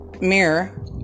mirror